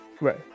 right